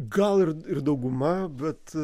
gal ir ir dauguma bet